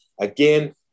again